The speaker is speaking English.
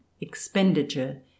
expenditure